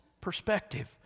perspective